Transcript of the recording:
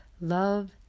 love